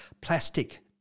plastic